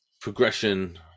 progression